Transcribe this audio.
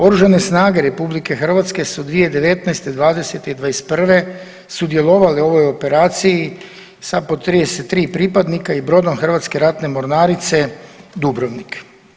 Oružane snage RH su 2019., '20. i '21. sudjelovale u ovoj operaciji sa po 33 pripadnika i brodom Hrvatske ratne mornarice Dubrovnik.